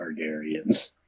Targaryens